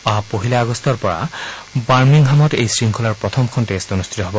অহা পহিলা আগষ্টৰ পৰা বাৰ্মিংহামত এই শৃংখলাৰ প্ৰথমখন টেষ্ট অনুষ্ঠিত হ'ব